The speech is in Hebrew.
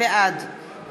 בעד